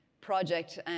project